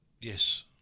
Yes